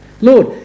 Lord